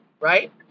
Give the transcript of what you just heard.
right